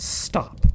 stop